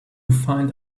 find